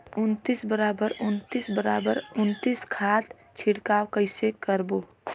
उन्नीस बराबर उन्नीस बराबर उन्नीस खाद छिड़काव कइसे करबो?